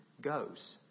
goes